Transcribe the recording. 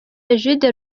egide